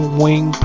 wing